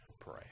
pray